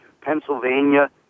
Pennsylvania